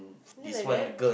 is it like that